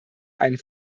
einen